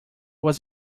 was